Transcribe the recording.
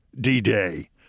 D-Day